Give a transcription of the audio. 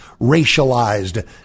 racialized